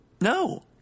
No